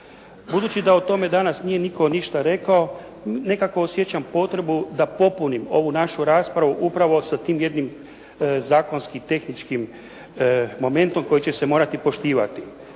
Budući da o tome danas nije nitko ništa rekao, nekako osjećam potrebu da popunim ovu našu raspravu upravo sa tim jednim zakonski tehničkim momentom koji će se morati poštivati.